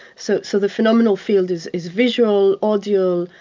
so so the phenomenal field is is visual, audio,